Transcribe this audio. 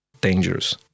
dangerous